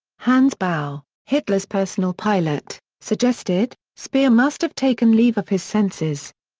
hans baur, hitler's personal pilot, suggested, speer must have taken leave of his senses.